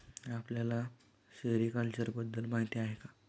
आपल्याला सेरीकल्चर बद्दल माहीती आहे का?